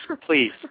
please